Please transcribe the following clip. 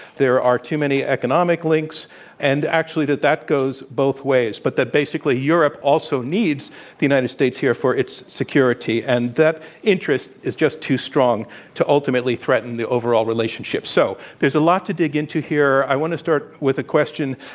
there are too many economic links and actually that that goes both ways but that basically, europe also needs the united states for its security. and that interest is just too strong to ultimately threaten the overall relationship. so, there's a lot to dig into here. i want to start with a question.